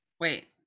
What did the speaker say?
wait